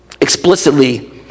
Explicitly